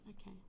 okay